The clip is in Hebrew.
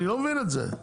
אני לא מבין את זה.